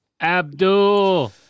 Abdul